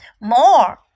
More